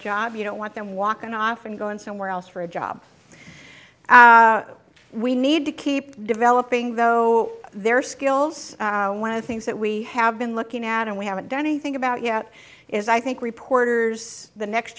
job you don't want them walking off and going somewhere else for a job we need to keep developing though their skills one of the things that we have been looking at and we haven't done anything about yet is i think reporters the next